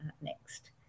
next